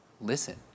listen